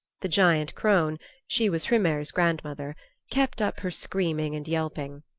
the giant crone she was hrymer's grandmother kept up her screaming and yelping.